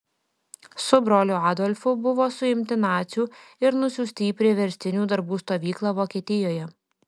su broliu adolfu buvo suimti nacių ir nusiųsti į priverstinių darbų stovyklą vokietijoje